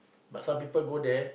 but some people go there